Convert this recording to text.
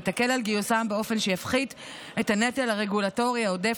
ותקל על גיוסם באופן שיפחית את הנטל הרגולטורי העודף